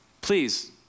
Please